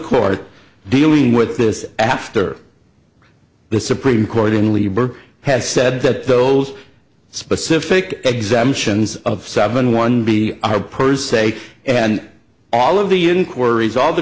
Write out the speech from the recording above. court dealing with this after the supreme court in libor has said that those specific exemptions of seven one b are per se and all of the inquiries